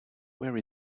where